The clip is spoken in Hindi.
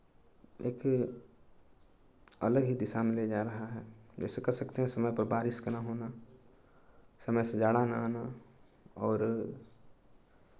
एक अलग ही दिशा में ले जा रहा है जैसे कह सकते हैं समय पर बारिश का ना होना समय से जाड़ा ना आना और